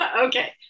Okay